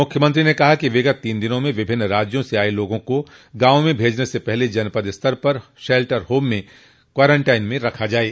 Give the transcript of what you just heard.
मुख्यमंत्री ने कहा कि विगत तीन दिनों में विभिन्न राज्यों से आये लोगों को गांव में भेजने से पहले जनपद स्तर पर शेल्टर होम में क्वारेनटाइन में रखा जाये